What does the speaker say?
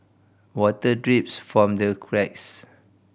water drips from the cracks